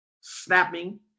snapping